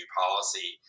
policy